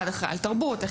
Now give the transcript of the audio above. אחד אחראי על תרבות,